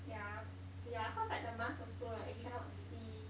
ya ya cause like the mask also like is cannot see